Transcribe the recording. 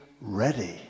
ready